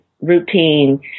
Routine